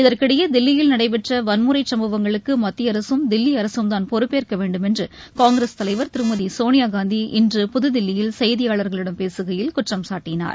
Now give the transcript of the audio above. இதற்கிடடயே தில்லியில் நடைபெற்ற வன்முறைச் சம்பவங்களுக்கு மத்திய அரசும் தில்லி அரசும்தான் பொறுப்பேற்க வேன்டுமென்று காங்கிரஸ் தலைவர் திருமதி சோனியாகாந்தி இன்று புதுதில்லியில் செய்தியாளர்களிடம் பேசுகையில் குற்றம் சாட்டினார்